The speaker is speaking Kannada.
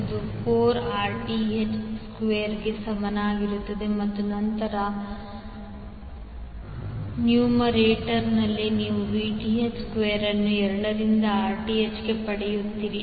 ಇದು 4Rth ಸ್ಕ್ವೇರ್ಗೆ ಸಮನಾಗಿರುತ್ತದೆ ಮತ್ತು ನಂತರ ನ್ಯೂಮರೇಟರ್ನಲ್ಲಿ ನೀವು Vth ಸ್ಕ್ವೇರ್ ಅನ್ನು 2 ರಿಂದ Rth ಗೆ ಪಡೆಯುತ್ತೀರಿ